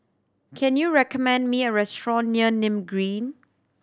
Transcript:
can you recommend me a restaurant near Nim Green